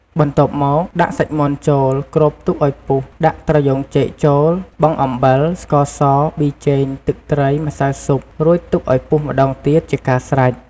បន្ទាប់មក ដាក់សាច់មាន់ ចូលគ្របទុកអោយពុះ ដាក់ត្រយូងចេកចូល បង់អំបិល ស្ករស ប៊ីចេង ទឹកត្រី ម្សៅស៊ុប រួចទុកអោយពុះម្ដងទៀតជាការស្រេច។